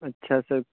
اچھا سر